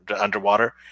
underwater